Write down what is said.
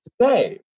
today